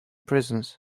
prisons